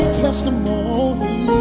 testimony